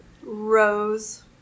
Rose